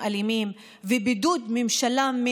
אדוני ראש הממשלה,